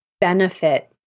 benefit